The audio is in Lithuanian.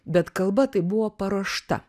bet kalba tai buvo paruošta